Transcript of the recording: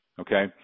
Okay